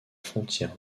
frontière